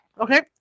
okay